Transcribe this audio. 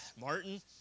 Martin